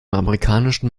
amerikanischen